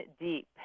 Deep